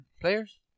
players